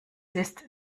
ist